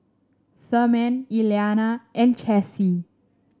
Therman Elianna and Chessie